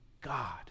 God